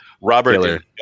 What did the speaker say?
robert